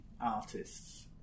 artists